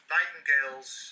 Nightingale's